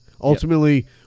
ultimately